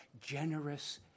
generous